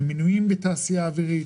מינויים לתעשייה האוירית.